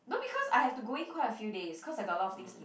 no because I have to go in quite a few days cause I got a lot things to